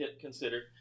consider